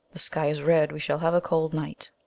the sky is red we shall have a cold night.